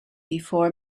before